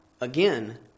again